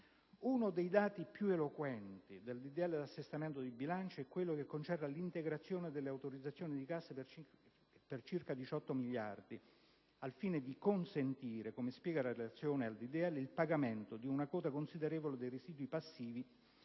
Uno dei dati più eloquenti del disegno di legge di assestamento di bilancio è quello che concerne l'integrazione delle autorizzazioni di cassa per circa 18 miliardi, al fine di consentire, come spiega la relazione al disegno di legge, il pagamento di una quota considerevole dei residui passivi